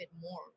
more